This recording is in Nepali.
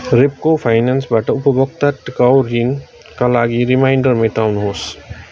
रेप्को फाइनेन्सबाट उपभोक्ता टिकाउ ऋणका लागि रिमाइन्डर मेटाउनुहोस्